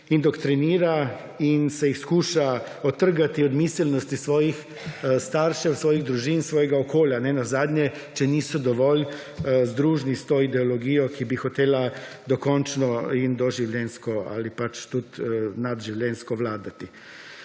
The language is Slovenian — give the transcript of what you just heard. indoktrinira in se jih skuša odtrgati od miselnosti svojih staršev, svojih družin, svojega okolja nenazadnje, če niso dovolj združni s to ideologijo, ki bi hotela dokončno in doživljenjsko ali nadživljenjsko vladati.